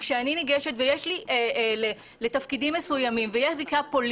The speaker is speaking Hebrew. כל מזכירה נדרשת לעבור מיון והמבחנים האלה נערכים כבר שנים